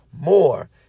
more